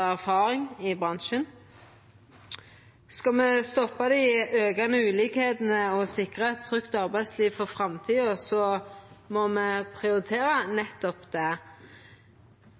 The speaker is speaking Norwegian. erfaring i bransjen. Skal me stoppa den aukande ulikskapen og sikra eit trygt arbeidsliv for framtida, må me prioritera nettopp det.